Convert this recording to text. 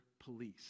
Police